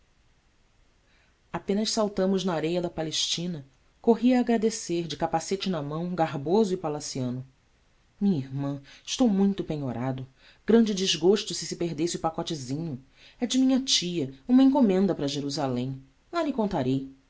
apenas saltamos na areia da palestina corri a agradecer de capacete na mão garboso e palaciano minha irmã estou muito penhorado grande desgosto se se perdesse o pacotezinbo e de minha tia uma encomenda para jerusalém lá lhe contarei